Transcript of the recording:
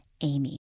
Amy